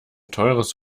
teures